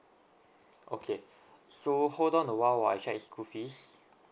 okay so hold on a while while I check its school fees